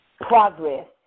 progress